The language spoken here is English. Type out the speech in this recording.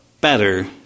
Better